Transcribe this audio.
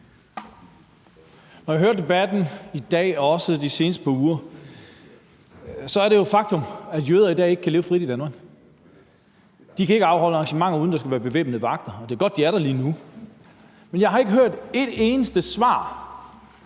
Jeg kan høre af debatten i dag og også de seneste par uger, at det jo er et faktum, at jøder i dag ikke kan leve frit i Danmark. De kan ikke afholde arrangementer, uden at der skal være bevæbnede vagter – og det er godt, at de er der lige nu – men jeg har ikke hørt et eneste svar,